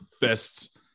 best